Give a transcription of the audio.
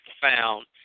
found